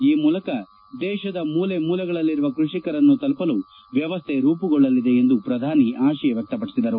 ಈ ಮೂಲಕ ದೇಶದ ಮೂಲೆ ಮೂಲೆಯಲ್ಲಿರುವ ಕೃಷಿಕರನ್ನು ತಲುಪಲು ವ್ಯವಸ್ಥೆ ರೂಪುಗೊಳ್ಳಲಿದೆ ಎಂದು ಪ್ರಧಾನಿ ಆಶಯ ವ್ಯಕ್ತಪಡಿಸಿದರು